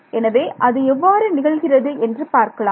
எனவே அது எவ்வாறு நிகழ்கிறது என்று பார்க்கலாம்